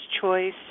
Choice